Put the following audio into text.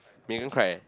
Megan cried